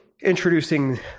introducing